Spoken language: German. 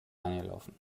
eingelaufen